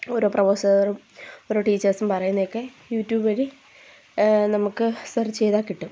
ഓരോ പ്രൊഫസർ ഓരോ ടീച്ചേഴ്സും പറയുന്നെയൊക്കെ യൂട്യൂബ് വഴി നമുക്ക് സെർച്ച് ചെയ്താൽ കിട്ടും